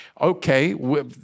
okay